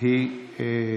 אין לי בעיה,